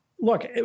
look